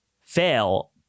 fail